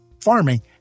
farming